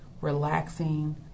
relaxing